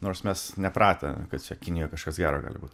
nors mes nepratę kad čia kinijoj kažkas gero gali būt